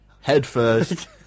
headfirst